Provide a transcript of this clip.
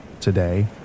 Today